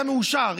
אתה מאושר,